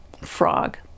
frog